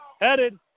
Headed